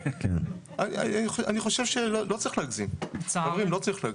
אני חושב שלא צריך להגזים, חברים לא צריך להגזים.